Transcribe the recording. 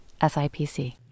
SIPC